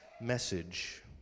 message